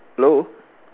hello